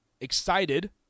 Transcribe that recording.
excited